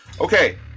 okay